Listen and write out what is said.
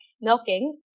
milking